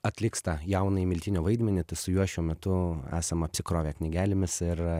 atliks tą jaunąjį miltinio vaidmenį su juo šiuo metu esame apsikrovę knygelėmis ir